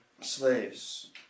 slaves